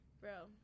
bro